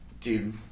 dude